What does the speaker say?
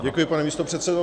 Děkuji, pane místopředsedo.